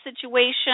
situation